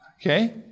Okay